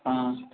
ହଁ